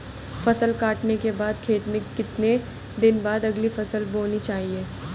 फसल काटने के बाद खेत में कितने दिन बाद अगली फसल बोनी चाहिये?